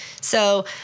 So-